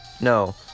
No